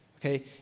Okay